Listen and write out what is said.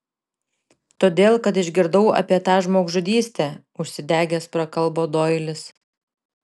todėl kad išgirdau apie tą žmogžudystę užsidegęs prakalbo doilis